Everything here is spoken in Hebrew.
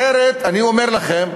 אחרת, אני אומר לכם,